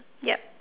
yup